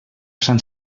sant